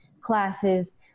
classes